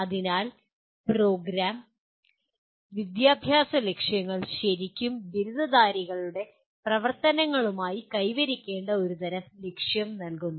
അതിനാൽ ഈ പ്രോഗ്രാം വിദ്യാഭ്യാസ ലക്ഷ്യങ്ങൾ ശരിക്കും ബിരുദധാരികളുടെ പ്രവർത്തനങ്ങളുമായി കൈവരിക്കേണ്ട ഒരുതരം ലക്ഷ്യം നൽകുന്നു